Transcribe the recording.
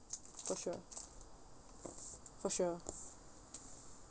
for sure for sure